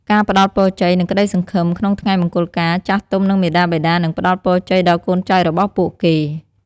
ការផ្តល់ពរជ័យ និងក្ដីសង្ឃឹម ក្នុងថ្ងៃមង្គលការ ចាស់ទុំ និងមាតាបិតានឹងផ្តល់ពរជ័យដល់កូនចៅរបស់ពួកគេ។